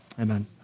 Amen